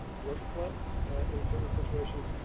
workflow in certain situations.